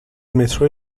مترو